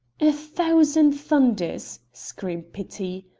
a thousand thunders! screamed petit.